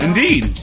Indeed